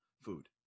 food